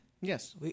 yes